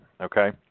okay